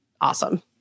awesome